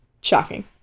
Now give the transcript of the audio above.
Shocking